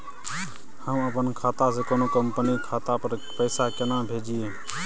हम अपन खाता से कोनो कंपनी के खाता पर पैसा केना भेजिए?